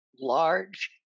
large